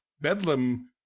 Bedlam